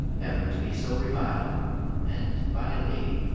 ever to be so reviled and by a lady!